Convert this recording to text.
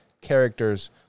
characters